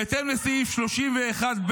בהתאם לסעיף 31(ב)